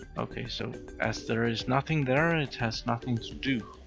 okay, so as there is nothing there it has nothing to do.